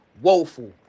woeful